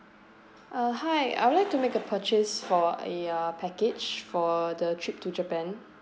uh hi I would like to make a purchase for your package for the trip to japan